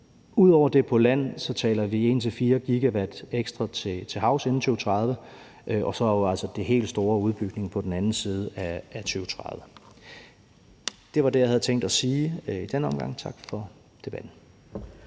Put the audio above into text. Ud over det på land taler vi indtil 4 GW ekstra til havs inden 2030 og jo altså så den helt store udbygning på den anden side af 2030. Det var det, jeg havde tænkt at sige i denne omgang. Tak for debatten.